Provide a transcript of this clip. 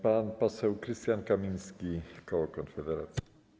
Pan poseł Krystian Kamiński, koło Konfederacja.